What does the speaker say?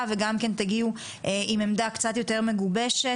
וגם כן תגיעו עם עמדה קצת יותר מגובשת